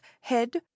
head